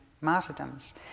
martyrdoms